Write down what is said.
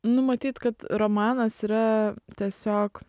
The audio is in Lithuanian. nu matyt kad romanas yra tiesiog